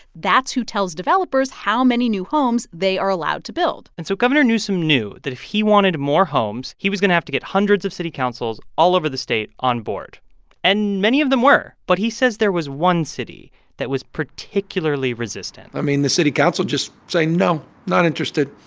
that's who tells developers how many new homes they are allowed to build and so governor newsom knew that if he wanted more homes, he was going to have to get hundreds of city councils all over the state on board and many of them were. but he says there was one city that was particularly resistant i mean the city council would just say no, not interested.